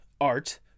Art